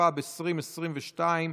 התשפ"ב 2022,